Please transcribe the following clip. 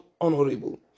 honorable